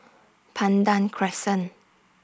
Pandan Crescent